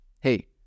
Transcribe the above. Hey